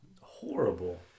horrible